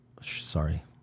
Sorry